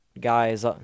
guys